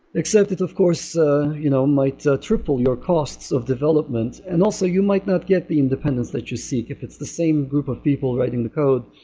except that, of course it ah you know might triple your costs of development and also you might not get the independence that you seek. if it's the same group of people writing the code,